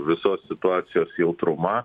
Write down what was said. visos situacijos jautrumą